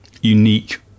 unique